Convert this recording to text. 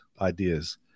ideas